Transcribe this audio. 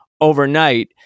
overnight